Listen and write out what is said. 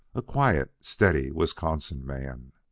a quiet, steady, wisconsin man.